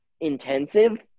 intensive